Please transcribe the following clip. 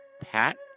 Pat